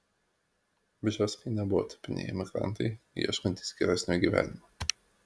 bžeskai nebuvo tipiniai emigrantai ieškantys geresnio gyvenimo